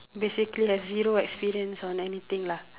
basically have zero experience on anything lah